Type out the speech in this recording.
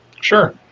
Sure